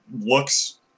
looks